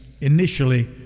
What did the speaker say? initially